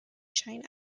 china